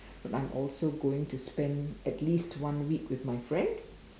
but I'm also going to spend at least one week with my friend